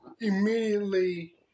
immediately